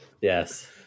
yes